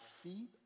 feet